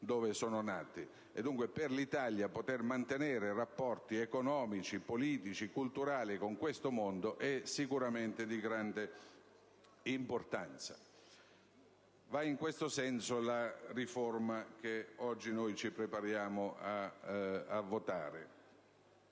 dove sono nati. Dunque, per l'Italia poter mantenere rapporti economici, politici e culturali con questo mondo è sicuramente di grande importanza. È in questo senso che va la riforma che oggi noi ci accingiamo a votare.